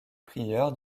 prieurs